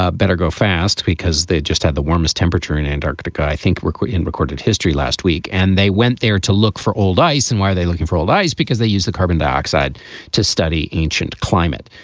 ah better go fast because they just had the warmest temperature in antarctica. i think we're caught in recorded history last week and they went there to look for old ice. and why are they looking for old ice? because they use the carbon dioxide to study ancient climate.